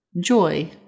Joy